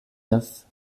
neuf